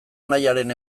anaiaren